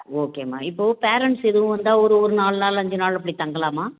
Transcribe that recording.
ஓகேம்மா இப்போ பேரெண்ட்ஸ் எதுவும் வந்தால் ஒரு ஒரு நாலு நாள் அஞ்சு நாள் அப்படி தங்கலாமா